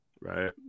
Right